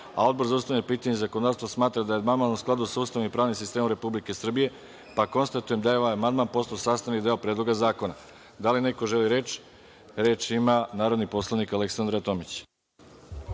a Odbor za ustavna pitanja i zakonodavstvo smatra da je amandman u skladu sa Ustavom i pravnim sistemom Republike Srbije, pa konstatujem da je ovaj amandman postao sastavni deo Predloga zakona. Da li neko želi reč? Reč ima narodni poslanik Aleksandra Tomić.